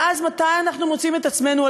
ואז, מתי אנחנו מוצאים את עצמנו?